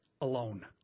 alone